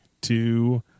two